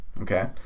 okay